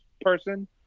person